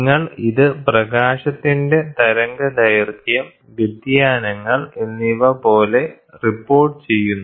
നിങ്ങൾ ഇത് പ്രകാശത്തിന്റെ തരംഗദൈർഘ്യം വ്യതിയാനങ്ങൾ എന്നിവ പോലെ റിപ്പോർട്ടുചെയ്യുന്നു